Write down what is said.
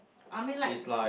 I mean like